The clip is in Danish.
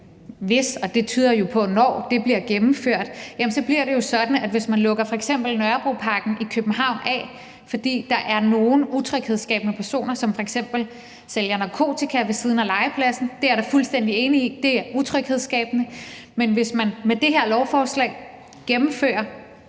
tyder det jo på, at når det bliver gennemført, bliver det sådan, at hvis man lukker f.eks. Nørrebroparken i København af, fordi der er nogle utryghedsskabende personer, som f.eks. sælger narkotika ved siden af legepladsen – og det er jeg fuldstændig enig i er utryghedsskabende – så er der jo ingen, der